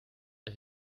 der